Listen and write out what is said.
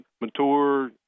mature